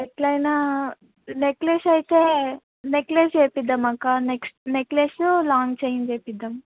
ఎట్లయినా నెక్లెస్ అయితే నెక్లెస్ చేయిద్దామక్కా నెక్స్ నెక్లెసు లాంగ్ చైన్ చేయిద్దాం